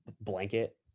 blanket